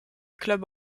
club